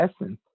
essence